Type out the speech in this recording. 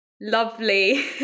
lovely